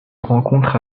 rencontre